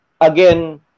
again